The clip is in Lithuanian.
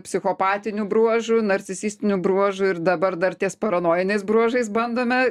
psichopatinių bruožų narcisistinių bruožų ir dabar dar ties paranojiniais bruožais bandome